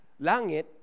langit